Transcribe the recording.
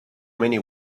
many